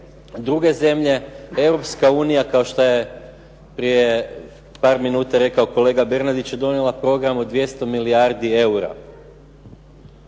druge zemlje, Europska unija kao što je prije par minuta rekao kolega Bernardić je donijela program od 200 milijardi eura